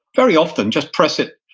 very often just press it.